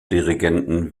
dirigenten